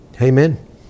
Amen